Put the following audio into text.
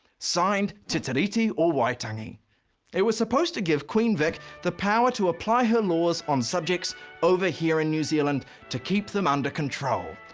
signed te tiriti o waitangi. it was supposed to give queen vic the power to apply her laws on subjects over here in new zealand to keep them under control.